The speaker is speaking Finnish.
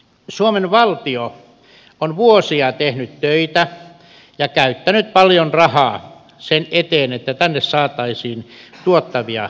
suomen valtio on vuosia tehnyt töitä ja käyttänyt paljon rahaa sen eteen että tänne saataisiin tuottavia investointeja